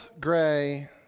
gray